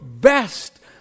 best